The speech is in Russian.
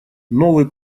новый